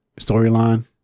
storyline